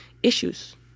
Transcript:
issues